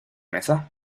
mesa